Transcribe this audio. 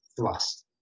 thrust